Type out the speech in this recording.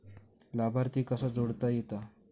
लाभार्थी कसा जोडता येता?